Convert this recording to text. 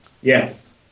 yes